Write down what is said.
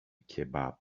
kebab